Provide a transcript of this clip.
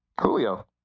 Julio